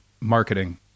marketing